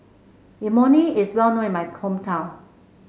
Imoni is well known in my hometown